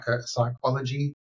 psychology